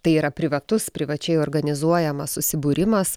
tai yra privatus privačiai organizuojamas susibūrimas